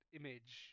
image